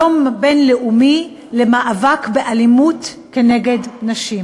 היום הבין-לאומי למאבק באלימות נגד נשים.